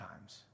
times